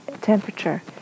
temperature